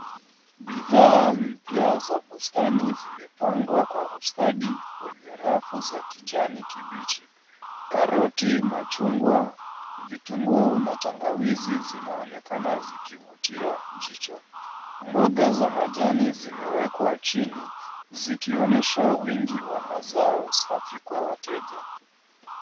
Bidhaa mpya za bustani, zimepangwa kwa ustadi kwenye rafu za kijani kibichi. Karoti, machungwa, vitunguu na tangawizi zinaonekana zikivutia jicho. Mboga za majani zimewekwa chini zikionyesha wingi wa mazao safi kwa wateja.